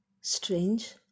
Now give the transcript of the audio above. Strange